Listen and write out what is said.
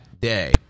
day